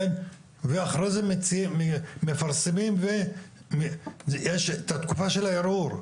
ואחרי זה מפרסמים ויש את התקופה של הערעור,